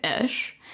ish